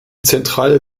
zentrale